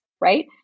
right